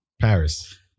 Paris